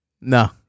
No